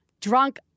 drunk